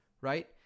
right